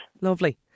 lovely